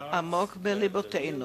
עמוק בלבותינו,